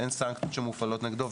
אין סנקציות שמופעלות נגדו,